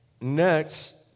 next